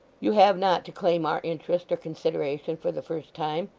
you have not to claim our interest or consideration for the first time.